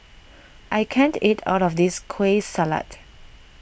I can't eat all of this Kueh Salat